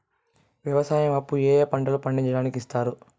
వ్యవసాయం అప్పు ఏ ఏ పంటలు పండించడానికి ఇస్తారు?